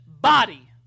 body